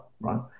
right